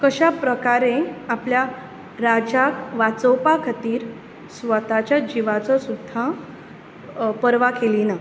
कश्या प्रकारे आपल्या राजाक वाचोवपा खातीर स्वताच्या जिवाचो सुद्दां पर्वा केली ना